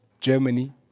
Germany